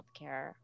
healthcare